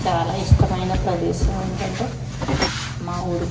చాలా ఇష్టమైన ప్రదేశం ఏంటంటే మా ఊరు